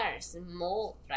small